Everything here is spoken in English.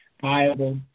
viable